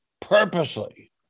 purposely